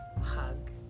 hug